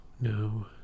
No